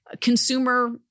consumer